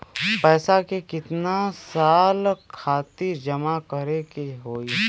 पैसा के कितना साल खातिर जमा करे के होइ?